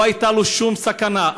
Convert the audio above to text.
לא הייתה לו שום סכנה.